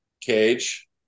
cage